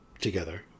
together